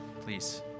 please